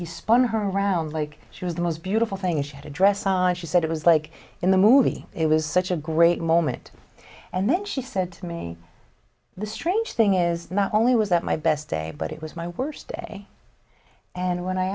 spun her around like she was the most beautiful thing she had a dress on she said it was like in the movie it was such a great moment and then she said to me the strange thing is not only was that my best day but it was my worst day and when i